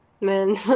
Man